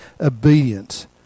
obedient